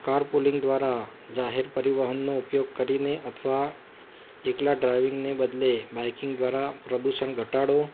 car pooling દ્વારા જાહેર પરિવહનનો ઉપયોગ કરીને અથવા એકલા ડ્રાઇવિંગને બદલે બાઈકિંગ દ્વારા પ્રદૂષણ ઘટાડો